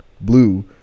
blue